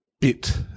bit